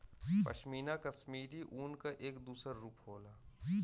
पशमीना कशमीरी ऊन क एक दूसर रूप होला